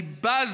אני בז.